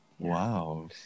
Wow